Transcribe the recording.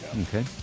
okay